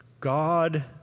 God